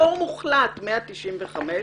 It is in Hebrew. פטור מוחלט 195,